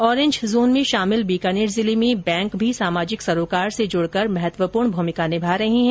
orange zone में शामिल बीकानेर जिले में बैंक भी समाजिक सरोकार से जुड़ कर महत्वपूर्ण भूमिका निभा रहे है